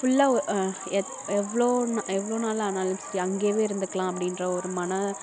ஃபுல்லாக எத் எவ்வளோ நாள் எவ்வளோ நாள் ஆனாலும் சரி அங்கயே இருந்துக்கலாம் அப்படின்ற ஒரு மன